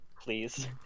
Please